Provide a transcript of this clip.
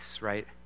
right